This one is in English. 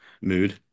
mood